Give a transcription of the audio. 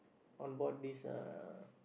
on board this uh